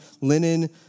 linen